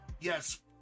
Yes